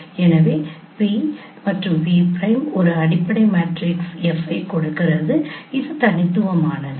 எனவே P P prime ஒரு அடிப்படை மேட்ரிக்ஸ் F ஐ கொடுக்கிறது இது தனித்துவமானது